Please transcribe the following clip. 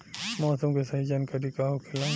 मौसम के सही जानकारी का होखेला?